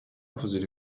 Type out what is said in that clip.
فضولی